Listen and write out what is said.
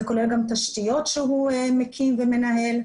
זה כולל גם תשתיות שהוא מקים ומנהל.